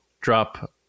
drop